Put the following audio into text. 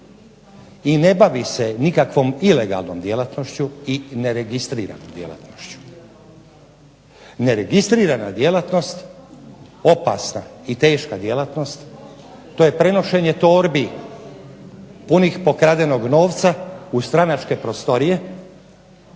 i ne bavi se nikakvom ilegalnom djelatnošću i ne registriranom djelatnošću. Neregistrirana djelatnost, opasna i teška djelatnost to je prenošenje torbi punih pokradenog novca u stranačke prostorije